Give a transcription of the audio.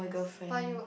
buy you